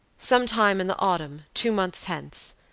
some time in the autumn, two months hence,